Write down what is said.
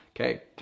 Okay